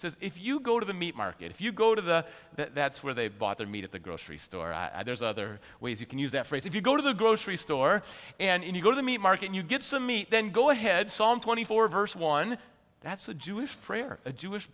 so if you go to the meat market if you go to the that's where they bought their meat at the grocery store i do as other ways you can use that phrase if you go to the grocery store and you go to the meat market you get some meat then go ahead some twenty four verse one that's a jewish prayer a jewish